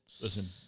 Listen